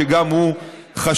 שגם הוא חשוב,